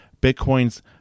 Bitcoin's